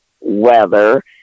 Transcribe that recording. weather